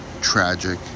tragic